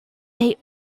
they